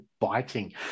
biting